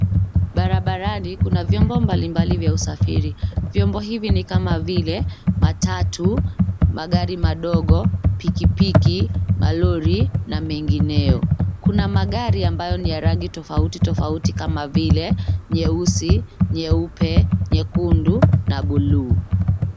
barabarani kuna vyombo mbalimbali vya usafiri. Vyombo hivi ni kama vile matatu, magari madogo, pikipiki, malori na mengineo. Kuna magari ambayo ni ya rangi tofauti tofauti kama vile nyeusi, nyeupe, nyekundu na buluu.